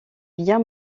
bien